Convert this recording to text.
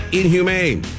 inhumane